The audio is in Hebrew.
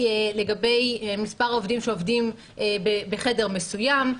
לגבי מספר העובדים שעובדים בחדר מסוים,